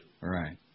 Right